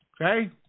Okay